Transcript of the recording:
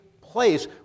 place